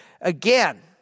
Again